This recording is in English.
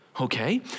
Okay